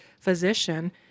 physician